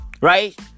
Right